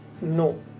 No